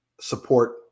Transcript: support